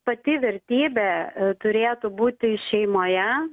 pati vertybė turėtų būti šeimoje